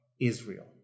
Israel